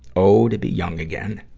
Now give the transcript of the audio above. oh, to be young again.